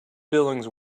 buildings